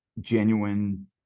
genuine